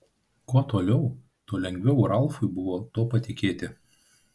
kuo toliau tuo lengviau ralfui buvo tuo patikėti